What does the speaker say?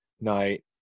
night